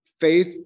faith